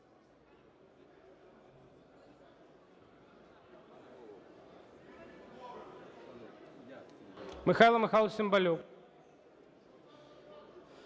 Михайло Михайлович Цимбалюк.